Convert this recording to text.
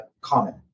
common